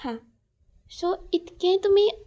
हय सो इतकें तुमी